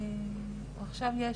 או עכשיו יש,